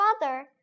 father